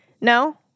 No